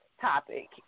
topic